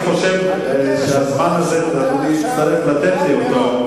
אני חושב שאדוני יצטרך לתת לי את הזמן הזה.